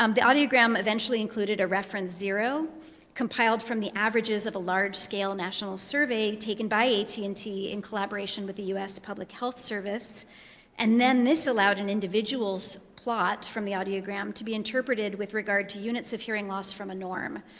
um the audiogram eventually included a reference zero compiled from the averages of a large scale national survey taken by at and t in collaboration with the us public health service and then this allowed an individual's plot from the audiogram to be interpreted with regard to units of hearing loss from a norm.